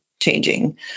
changing